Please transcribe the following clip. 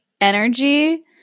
energy